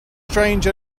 strange